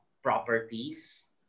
properties